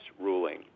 ruling